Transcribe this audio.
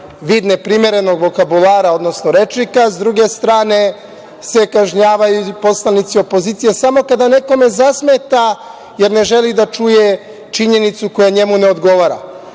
vid neprimerenog vokabulara, odnosno rečnika. Sa druge strane se kažnjavaju poslanici opozicije samo kada nekome zasmeta jer ne želi da čuje činjenicu koja njemu ne odgovara,